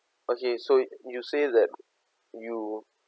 okay so you say that you